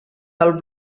del